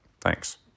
Thanks